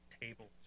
tables